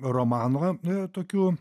romano a tokių